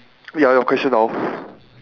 ya your question now